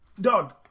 Dog